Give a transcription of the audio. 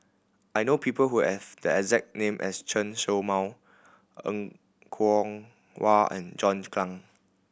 I know people who have the exact name as Chen Show Mao Er Kwong Wah and John Clang